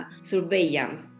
surveillance